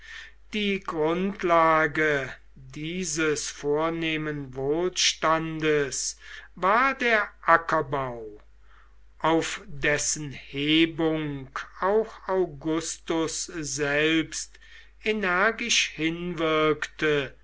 die grundlage dieses vornehmen wohlstandes war der ackerbau auf dessen hebung auch augustus selbst energisch hinwirkte